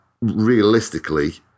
realistically